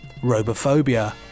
Robophobia